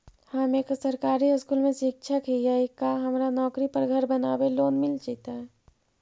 हम एक सरकारी स्कूल में शिक्षक हियै का हमरा नौकरी पर घर बनाबे लोन मिल जितै?